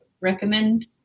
recommend